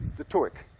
the torque.